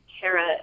Kara